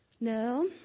No